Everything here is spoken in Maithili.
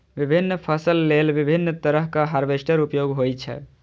विभिन्न फसल लेल विभिन्न तरहक हार्वेस्टर उपयोग होइ छै